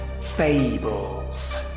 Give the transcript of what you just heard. fables